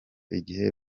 igihe